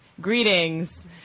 greetings